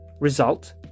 result